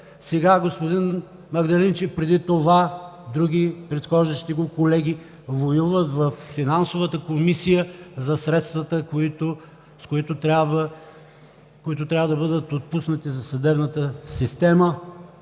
сега господин Магдалинчев, а преди това други предхождащи го колеги, воюват във Финансовата комисия за средствата, които трябва да бъдат отпуснати за съдебната система.